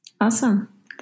Awesome